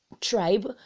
tribe